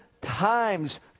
times